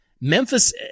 Memphis